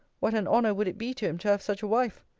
what an honour would it be to him to have such a wife?